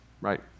right